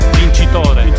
vincitore